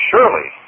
Surely